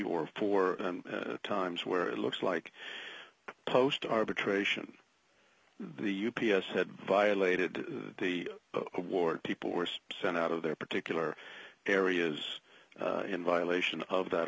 or four times where it looks like the post arbitration the u p s had violated the award people were sent out of their particular areas in violation of that